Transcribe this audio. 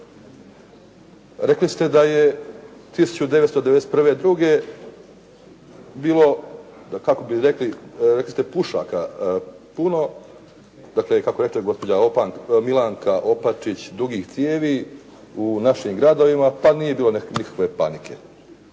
rekli ste da je 1991., 1992. bilo, kako bi rekli, rekli ste pušaka puno, dakle kako je rekla gospođa Milanka Opačić dugih cijevi u našim gradovima, pa nije bilo nikakve panike.